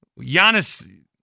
Giannis